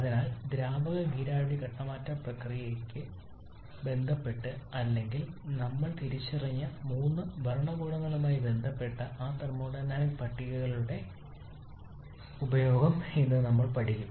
അതിനാൽ ദ്രാവക നീരാവി ഘട്ടം മാറ്റ പ്രക്രിയയുമായി ബന്ധപ്പെട്ട് അല്ലെങ്കിൽ നമ്മൾ തിരിച്ചറിഞ്ഞ മൂന്ന് ഭരണകൂടങ്ങളുമായി ബന്ധപ്പെട്ട് ആ തെർമോഡൈനാമിക് പട്ടികകളുടെ ഉപയോഗം ഇന്ന് നമ്മൾ പഠിക്കും